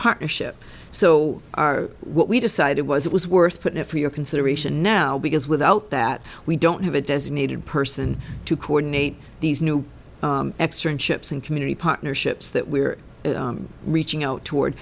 partnership so our what we decided was it was worth putting out for your consideration now because without that we don't have a designated person to coordinate these new extreme chips and community partnerships that we're reaching out toward